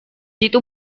itu